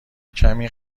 کمی